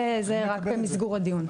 זה רק במסגור הדיון.